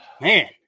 Man